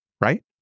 right